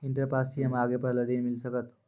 Inter pass छी हम्मे आगे पढ़े ला ऋण मिल सकत?